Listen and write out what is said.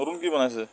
নতুন কি বনাইছে